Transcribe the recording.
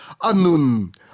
anun